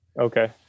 okay